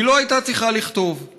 "היא לא הייתה צריכה לכתוב /